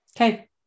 Okay